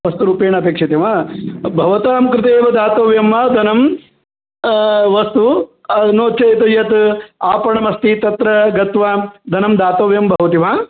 वस्तुरूपेण अपेक्षते वा भवतां कृते एव दातव्यं वा धनं वस्तु नो चेत् यत् आपणमस्ति तत्र गत्वा धनं दातव्यं भवति वा